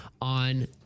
on